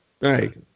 Right